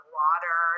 water